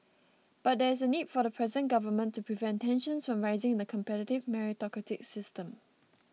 but there is a need for the present Government to prevent tensions from rising in the competitive meritocratic system